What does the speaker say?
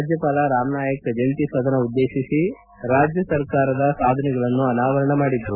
ರಾಜ್ಯಪಾಲ ರಾಮ್ನಾಯಕ್ ಜಂಟಿ ಸದನವನ್ನುದ್ದೇತಿಸಿ ರಾಜ್ಯ ಸರ್ಕಾರದ ಸಾಧನೆಗಳನ್ನು ಅನಾವರಣ ಮಾಡಿದರು